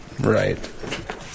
Right